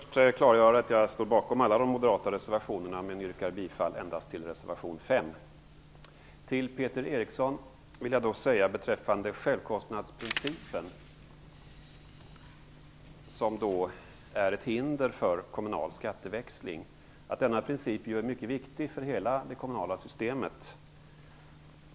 Fru talman! Låt mig först klargöra att jag står bakom alla de moderata reservationerna men yrkar bifall endast till reservation 5. Till Peter Eriksson vill jag säga beträffande självkostnadsprincipen, som är ett hinder för kommunal skatteväxling, att denna princip är mycket viktig för hela det kommunala systemet.